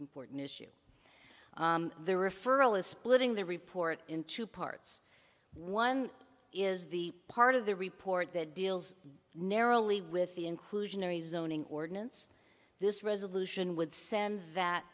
important issue the referral is splitting the report in two parts one is the part of the report that deals narrowly with the inclusionary zoning ordinance this resolution would send that